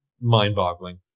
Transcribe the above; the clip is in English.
mind-boggling